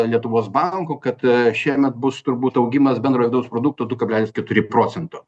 lietuvos bankų kad šiemet bus turbūt augimas bendro vidaus produkto du kablelis keturi procento